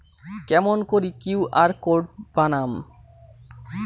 কেমন করি QR code বানাম?